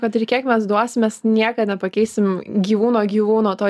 kad ir kiek mes duosim mes niekad nepakeisim gyvūno gyvūno to